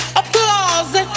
applause